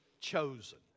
chosen